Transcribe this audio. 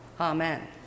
Amen